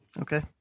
Okay